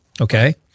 Okay